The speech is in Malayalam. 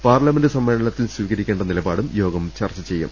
പാർലമെന്റ് സമ്മേളനത്തിൽ സ്വീകരിക്കേണ്ട നിലപാടും യോഗം ചർച്ച ചെയ്യും